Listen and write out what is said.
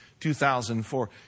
2004